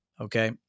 Okay